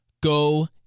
Go